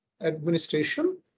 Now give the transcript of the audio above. administration